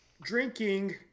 drinking